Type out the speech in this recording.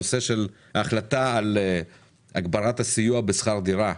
הנושא של ההחלטה על הגברת הסיוע בשכר דירה,